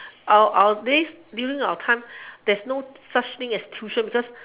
our our days during our time there's no such thing as tuition because